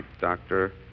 Doctor